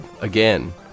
again